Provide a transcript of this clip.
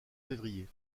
février